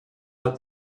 out